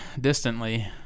distantly